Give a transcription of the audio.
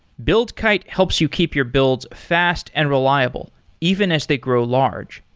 buildkite helps you keep your builds fast and reliable even as they grow large.